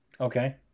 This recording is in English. Okay